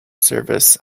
service